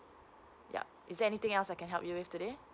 yup is there anything else that I can help you with today